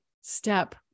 step